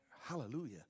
Hallelujah